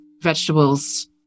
vegetables